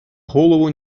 голову